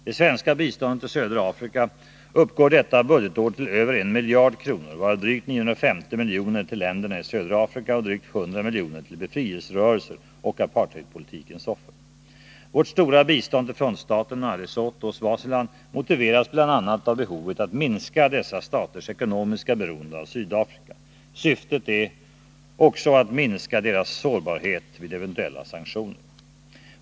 Det svenska biståndet till södra Afrika uppgår detta budgetår till över en miljard kronor, varav drygt 950 miljoner till länderna i södra Afrika och drygt 100 miljoner till befrielserörelser och apartheidpolitikens offer. Vårt stora bistånd till frontstaterna, Lesotho och Swaziland motiveras bl.a. av behovet att minska dessa staters ekonomiska beroende av Sydafrika. Syftet är också att minska deras sårbarhet vid eventuella sanktioner.